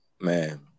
man